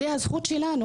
זו הזכות שלנו.